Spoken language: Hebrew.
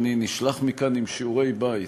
שאני נשלח מכאן עם שיעורי-בית.